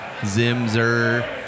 Zimzer